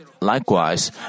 Likewise